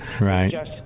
Right